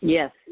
Yes